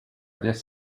this